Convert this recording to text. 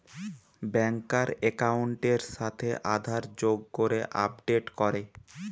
ব্যাংকার একাউন্টের সাথে আধার যোগ করে আপডেট করে